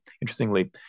Interestingly